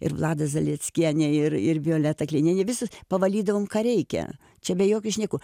ir vlada zalieckienė ir ir violeta klinienė visad pavalydavom ką reikia čia be jokių šnekų